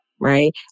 right